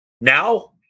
Now